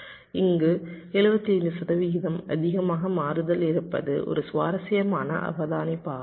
இங்கு 75 சதவீதம் அதிகமாக மாறுதல் இருப்பது ஒரு சுவாரஸ்யமான அவதானிப்பாகும்